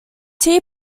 tea